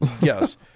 yes